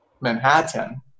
manhattan